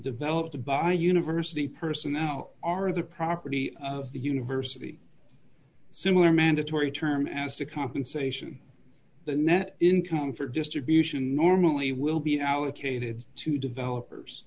developed by university personnel are the property of the university similar mandatory term as to compensation the net income for distribution normally will be allocated to developers